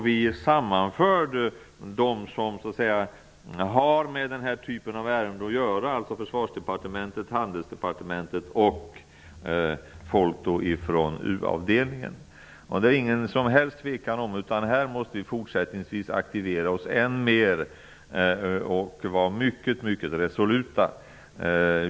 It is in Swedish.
Vi sammanförde de som har med den typen av ärenden att göra, dvs. från Försvarsdepartementet, Handelsdepartementet och folk från U-avdelningen. Det råder inget tvivel om att vi måste fortsätta att vara aktiva och mycket resoluta.